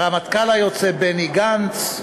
הרמטכ"ל היוצא בני גנץ?